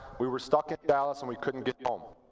we were stuck at dallas, and we couldn't get home.